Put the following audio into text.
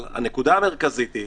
הנקודה המרכזית היא